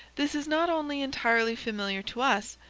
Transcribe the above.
this is not only entirely familiar to us,